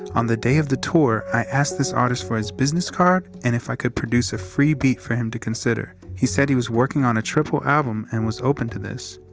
on the day of the tour, i asked this artist for his business card and if i could produce a free beat for him to consider. he said he was working on a triple album and was open to this.